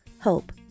Hope